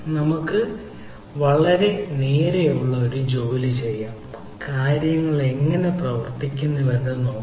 നമുക്ക് വളരെ നേരെയുള്ള ഒരു ജോലി ചെയ്യാം കാര്യങ്ങൾ എങ്ങനെ പ്രവർത്തിക്കുന്നുവെന്ന് നോക്കാം